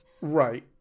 Right